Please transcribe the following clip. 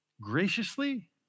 graciously